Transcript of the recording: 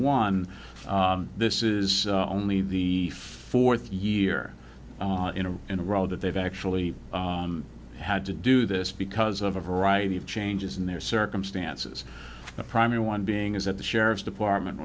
one this is only the fourth year in a row that they've actually had to do this because of a variety of changes in their circumstances the primary one being is that the sheriff's department